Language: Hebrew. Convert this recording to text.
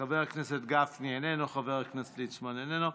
חבר הכנסת גפני, איננו, חבר הכנסת ליצמן, איננו.